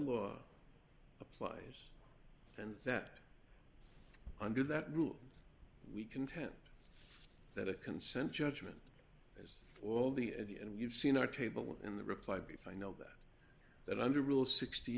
law applies and that under that rule we contend that a consent judgment is all the and you've seen our table in the reply be final that that under rule sixty